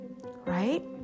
Right